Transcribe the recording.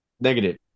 Negative